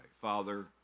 Father